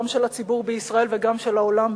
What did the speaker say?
גם של הציבור בישראל וגם של העולם,